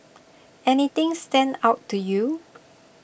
anything stand out to you